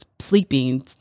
sleeping